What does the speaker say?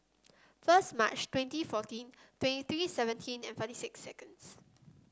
first March twenty fourteen twenty seventeen and forty six seconds